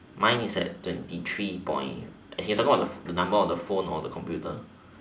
mine is at twenty three point as in you talking about the the number on the phone or the computer